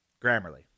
Grammarly